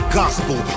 gospel